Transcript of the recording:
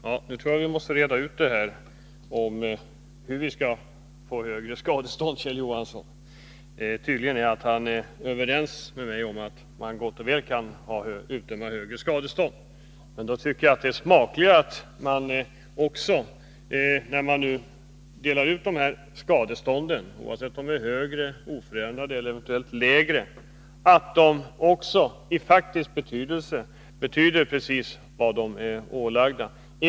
Herr talman! Jag tror att vi måste reda ut frågan om hur vi skall få högre skadestånd, Kjell Johansson. Tydligt är att Kjell Johansson är överens med mig om att man gott och väl kan utdöma högre skadestånd. Men när man utdömer dessa skadestånd — oavsett om de är högre, oförändrade eller eventuellt lägre — är det smakligare om deras vikt är precis den som utdömts.